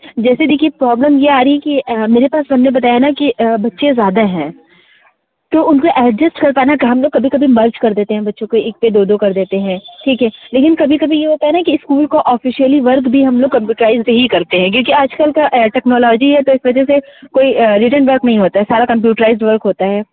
जैसे देखिए प्रॉब्लम ये आ रही कि मेरे पास हमने बताया ना कि बच्चे ज्यादा हैं तो उनको एडजेस्ट कर पाना हमलोग कभी कभी मर्ज कर देते हैं बच्चों को एक पर दो दो कर देते हैं ठीक है लेकिन कभी कभी ये होता है ना कि इस्कूल को ऑफिसियली वर्क भी हमलोग कम्प्यूटराइज्ड ही करते हैं क्योंकी आजकल का टेक्नोलौजी है तो इस वजह से कोई रिटेन वर्क नहीं होता है सारा कम्प्यूटराइज्ड वर्क होता है